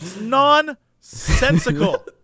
nonsensical